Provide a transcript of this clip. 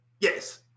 Yes